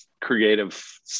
creative